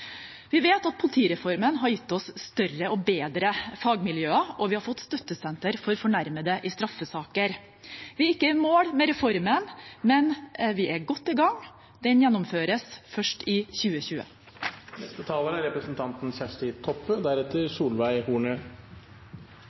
vi vet at dette er en flaskehals. Vi vet at politireformen har gitt oss større og bedre fagmiljøer, og vi har fått Støttesenteret for fornærmede i straffesaker. Vi er ikke i mål med reformen, men vi er godt i gang – den gjennomføres først i